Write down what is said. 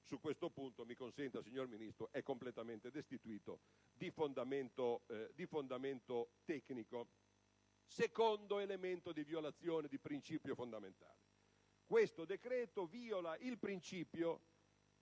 su questo punto, mi consenta, signor Ministro, è completamente destituito di fondamento tecnico. Secondo elemento di violazione di principio fondamentale: questo decreto viola il principio,